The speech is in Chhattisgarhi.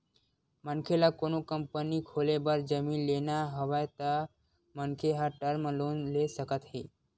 मनखे ल कोनो कंपनी खोले बर जमीन लेना हवय त मनखे ह टर्म लोन ले सकत हे